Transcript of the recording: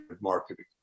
marketing